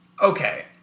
Okay